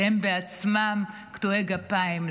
שהם בעצמם קטועי גפיים.